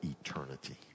eternity